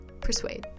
Persuade